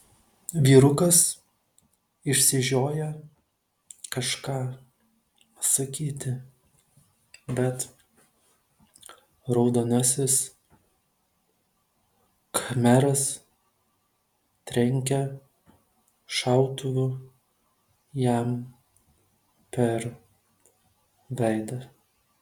vyrukas išsižioja kažką sakyti bet raudonasis khmeras trenkia šautuvu jam per veidą